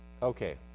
Okay